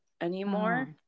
anymore